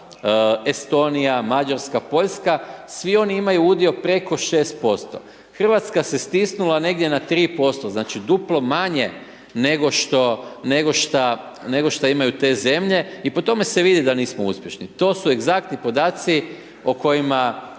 Rumunjska, Estonija, Mađarska, Poljska, svi oni imaju udio preko 6%. Hrvatska se stisnula negdje na 3%, znači, duplo manje nego što, nego šta, nego šta imaju te zemlje, i po tome se vidi da nismo uspješni, to su egzaktni podaci o kojima